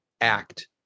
act